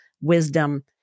wisdom